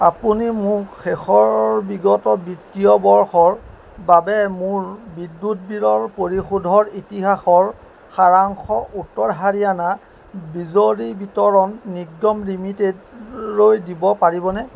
আপুনি মোক শেষৰ বিগত বিত্তীয় বৰ্ষৰ বাবে মোৰ বিদ্যুৎ বিলৰ পৰিশোধৰ ইতিহাসৰ সাৰাংশ উত্তৰ হাৰিয়ানা বিজলী বিতৰণ নিগম লিমিটেডলৈ দিব পাৰিবনে